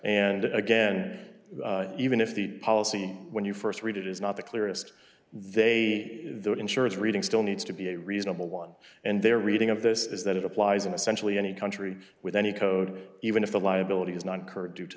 and again even if the policy when you st read it is not the clearest they the insurance reading still needs to be a reasonable one and their reading of this is that it applies in essentially any country with any code even if the liability is not occurred due to